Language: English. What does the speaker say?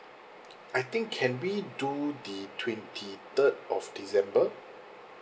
I think can we do the twenty third of december